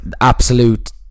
absolute